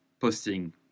posting